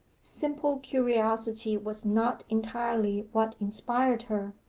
simple curiosity was not entirely what inspired her.